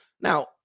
Now